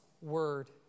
word